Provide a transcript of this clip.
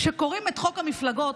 כשקוראים את חוק המפלגות,